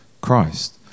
Christ